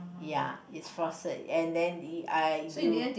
ya it's frosted and then !ee! uh you